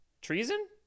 Treason